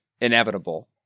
inevitable